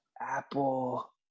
Apple